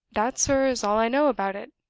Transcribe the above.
that, sir, is all i know about it.